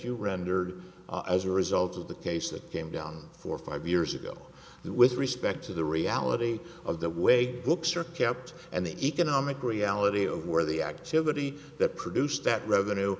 you rendered as a result of the case that came down four five years ago with respect to the reality of the way books are kept and the economic reality of where the activity that produced that revenue